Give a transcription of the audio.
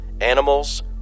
animals